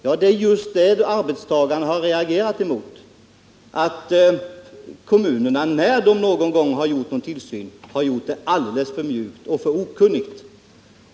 Ja, det är just detta arbetstagarna har reagerat mot, att kommunerna när de någon gång gjort tillsyn har gjort den alldeles för mjukt och för okunnigt.